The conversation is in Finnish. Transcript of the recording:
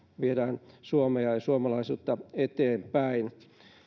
viedään suomea ja suomalaisuutta eteenpäin